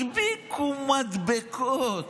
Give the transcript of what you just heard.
הדביקו מדבקות.